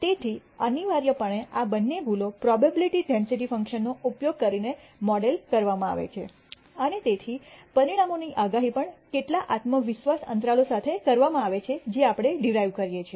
તેથી અનિવાર્યપણે આ બંને ભૂલો પ્રોબેબીલીટી ડેન્સિટી ફંકશન નો ઉપયોગ કરીને મોડેલ કરવા માં આવે છે અને તેથી પરિણામોની આગાહી પણ કેટલાક આત્મવિશ્વાસ અંતરાલો સાથે કરવામાં આવે છે જે આપણે ડીરાઈવ કરીએ છે